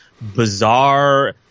bizarre